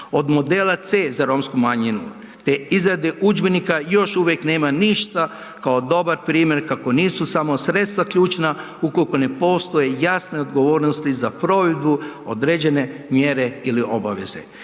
Od modela C za romsku manjinu, te izrade udžbenika još uvijek nema ništa kao dobar primjer kako nisu samo sredstva ključna ukolko ne postoje jasne odgovornosti za provedbu određene mjere ili obaveze.